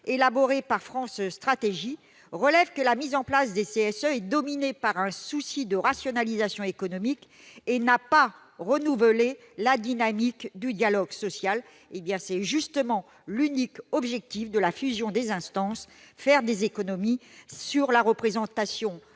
élaborée par France Stratégie, relève que la mise en place des CSE est dominée par un souci de rationalisation économique, et qu'elle n'a pas renouvelé la dynamique du dialogue social. Tel est, précisément, l'unique objectif de la fusion des instances : faire des économies sur la représentation des